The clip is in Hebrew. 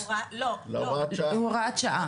לא, כהוראת שעה.